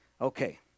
Okay